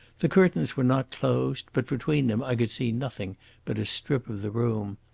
the curtains were not closed, but between them i could see nothing but a strip of the room.